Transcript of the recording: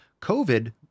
COVID